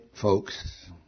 folks